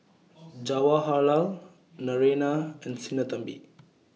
Jawaharlal Naraina and Sinnathamby